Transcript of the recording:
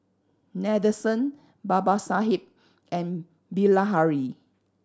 Nadesan Babasaheb and Bilahari